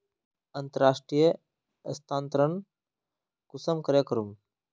अंतर्राष्टीय स्थानंतरण कुंसम करे करूम?